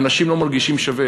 האנשים לא מרגישים שווים,